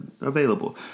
available